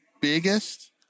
biggest